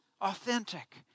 authentic